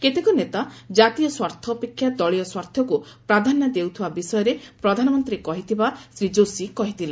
କେତେକ ନେତା ଜାତୀୟ ସ୍ୱାର୍ଥ ଅପେକ୍ଷା ଦଳୀୟ ସ୍ୱାର୍ଥକୁ ପ୍ରାଧାନ୍ୟ ଦେଉଥିବା ବିଷୟରେ ପ୍ରଧାନମନ୍ତ୍ରୀ କହିଥିବା ଶ୍ରୀ ଯୋଶୀ କହିଥିଲେ